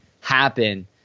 happen